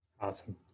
Awesome